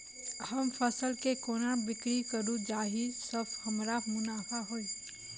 हम फसल केँ कोना बिक्री करू जाहि सँ हमरा मुनाफा होइ?